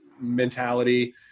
mentality